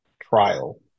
trial